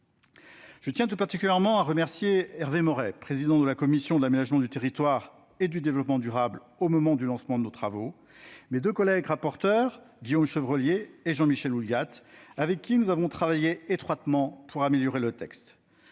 Je tiens tout particulièrement à remercier Hervé Maurey, qui présidait la commission de l'aménagement du territoire et du développement durable au moment du lancement de nos travaux, et mes deux collègues rapporteurs, Guillaume Chevrollier et Jean-Michel Houllegatte, avec lesquels j'ai travaillé étroitement pour améliorer le texte.